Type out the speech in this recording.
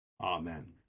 Amen